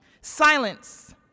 Silence